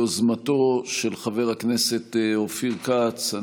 הדיון מתקיים ביוזמתו של חבר הכנסת אופיר כץ.